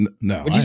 No